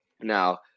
Now